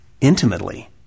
intimately